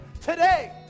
Today